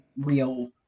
real